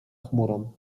chmurą